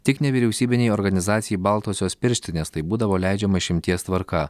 tik nevyriausybinei organizacijai baltosios pirštinės tai būdavo leidžiama išimties tvarka